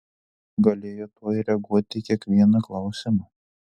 galėjo tuoj reaguoti į kiekvieną klausimą